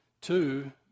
Two